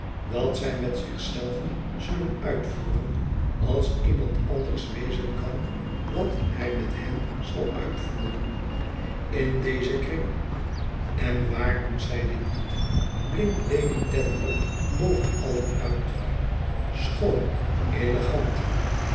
wat zij met zich zelven zullen uitvoeren als iemand anders wezen kan wat hij met hen zal uitvoeren in dezen kring en waar doet zij dit niet blinkt lady dedlock boven allen uit schoon elegant